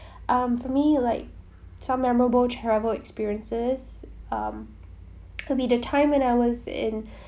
mm for me like some memorable travel experiences um could be the time when I was in